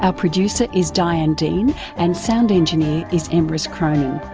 ah producer is diane dean and sound engineer is emrys cronin.